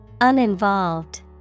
Uninvolved